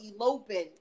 eloping